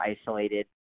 isolated